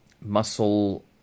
muscle